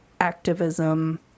activism